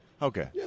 Okay